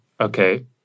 okay